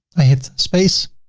i hit space.